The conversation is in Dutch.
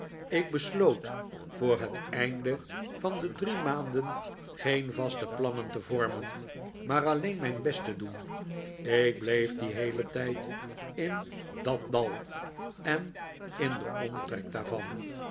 ik besloot voor het einde van die drie maanden geen vaste plannen te vormen maar alleen mijn best te doen ik bleef dien heelen tijd in dat dal en in den omtrek daarvan